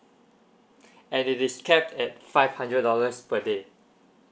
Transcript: and it is capped at five hundred dollars per day